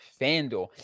FanDuel